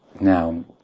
Now